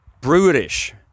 brutish